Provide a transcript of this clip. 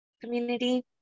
community